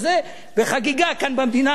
וחגיגה כאן במדינה,